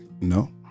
No